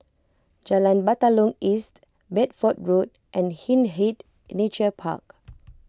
Jalan Batalong East Bedford Road and Hindhede Nature Park